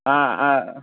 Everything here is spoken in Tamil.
ஆ ஆ